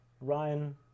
Ryan